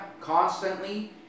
constantly